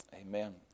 Amen